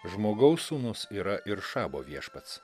žmogaus sūnus yra ir šabo viešpats